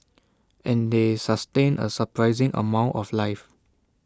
and they sustain A surprising amount of life